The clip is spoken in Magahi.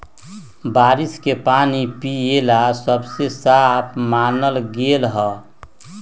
बारिश के पानी पिये ला सबसे साफ मानल गेलई ह